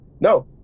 no